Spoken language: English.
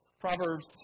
Proverbs